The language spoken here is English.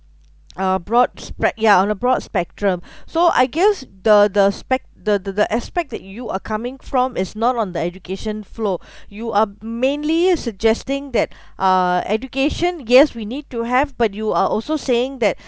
uh broad spread ya on a broad spectrum so I guess the the spec~ the the aspect that you are coming from is not on the education flow you are mainly suggesting that uh education yes we need to have but you are also saying that